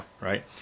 Right